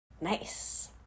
nice